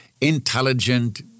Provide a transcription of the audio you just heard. intelligent